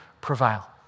prevail